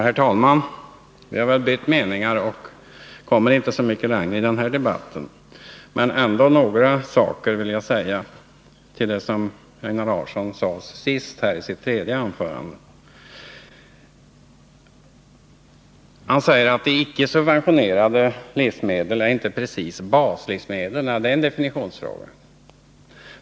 Herr talman! Vi har bytt meningar och kommer inte så mycket längre i den här debatten, men jag vill ändå säga några ord med anledning av det som Einar Larsson sade i sitt tredje anförande. Han sade att icke subventionerade livsmedel inte precis är baslivsmedel. — Det är en definitionsfråga.